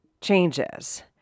changes